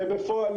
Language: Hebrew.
בפועל